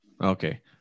Okay